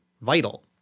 vital